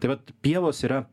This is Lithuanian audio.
tai vat pievos yra